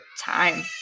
time